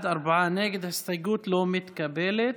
ההסתייגות (22)